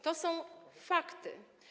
To są fakty.